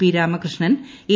P Ramakrishnan A